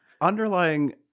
Underlying